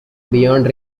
beyond